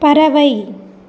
பறவை